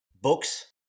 books